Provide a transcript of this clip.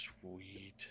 sweet